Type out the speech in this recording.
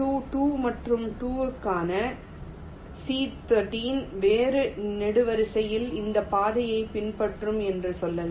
N2 2 மற்றும் 2 க்கான C13 வேறு நெடுவரிசையில் இந்த பாதையை பின்பற்றும் என்று சொல்லலாம்